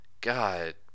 God